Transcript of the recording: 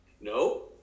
No